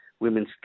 women's